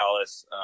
Dallas